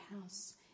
house